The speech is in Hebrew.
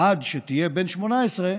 עד שתהיה בן 18,